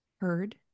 heard